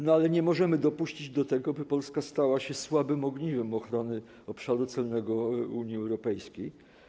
Nie możemy dopuścić do tego, by Polska stała się słabym ogniwem ochrony obszaru celnego Unii Europejskiej.